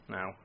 Now